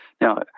Now